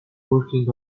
working